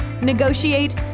negotiate